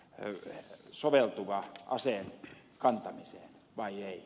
ryhmille soveltuva aseen kantamiseen vai ei